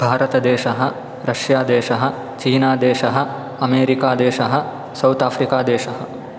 भारतदेशः रष्यादेशः चीनादेशः अमेरिकादेशः सौताफ्रिकादेशः